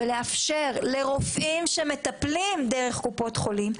ולאפשר לרופאים שמטפלים דרך קופות חולים,